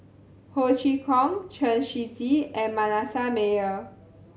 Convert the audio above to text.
Ho Chee Kong Chen Shiji and Manasseh Meyer